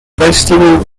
festival